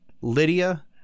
Lydia